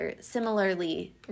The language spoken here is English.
similarly